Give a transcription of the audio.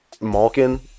Malkin